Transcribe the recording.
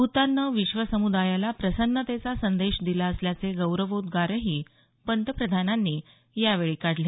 भूताननं विश्वसमुदायाला प्रसन्नतेचा संदेश दिला असल्याचे गौरवोद्गारही पंतप्रधानांनी यावेळी काढले